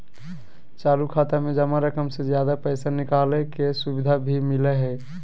चालू खाता में जमा रकम से ज्यादा पैसा निकालय के सुविधा भी मिलय हइ